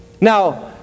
Now